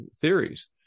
theories